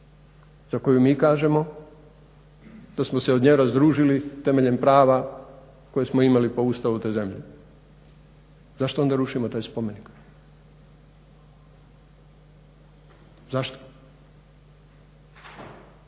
za koju mi kažemo da smo se od nje razdružili temeljem prava koje smo imali po Ustavu te zemlje. Zašto onda rušimo taj spomenik? Zašto.